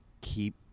keep